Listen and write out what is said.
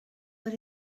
but